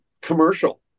commercial